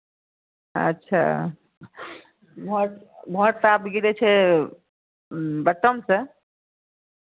अच्छा भोंट भोंट तऽ आब गिरै छै बटमसँ